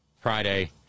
Friday